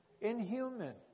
Inhuman